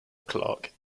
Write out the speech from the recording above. clark